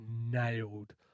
nailed